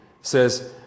says